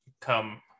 come